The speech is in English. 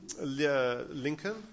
Lincoln